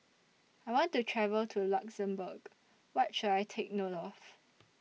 I want to travel to Luxembourg What should I Take note of